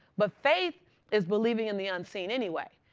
but faith is believing in the unseen anyway.